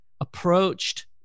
approached